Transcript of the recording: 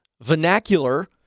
vernacular